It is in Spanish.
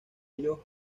ellos